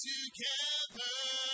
together